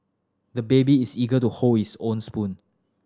the baby is eager to hold his own spoon